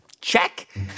Check